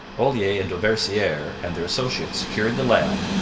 olier and dauversiere and their associates secured the land,